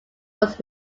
was